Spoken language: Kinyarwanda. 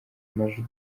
amajwi